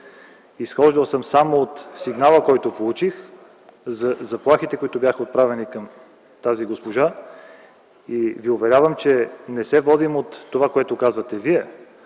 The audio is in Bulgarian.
Изхождал съм само от сигнала, който получих за заплахите, които бяха отправени към тази госпожа. И Ви уверявам, че не се водим от това, което казвате Вие,